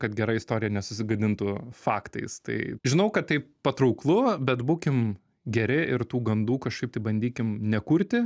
kad gera istorija nesusigadintų faktais tai žinau kad tai patrauklu bet būkim geri ir tų gandų kažkaip tai bandykim nekurti